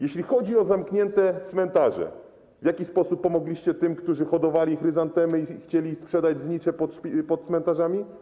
Jeśli chodzi o zamknięte cmentarze, w jaki sposób pomogliście tym, którzy uprawiali chryzantemy i chcieli sprzedać znicze pod cmentarzami?